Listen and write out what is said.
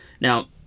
Now